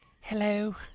Hello